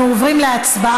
אנחנו עוברים להצבעה.